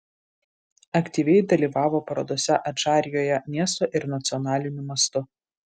aktyviai dalyvavo parodose adžarijoje miesto ir nacionaliniu mastu